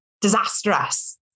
disastrous